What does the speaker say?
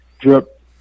drip